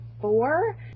four